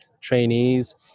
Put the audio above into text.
trainees